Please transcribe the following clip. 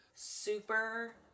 Super